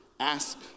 Ask